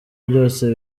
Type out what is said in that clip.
byose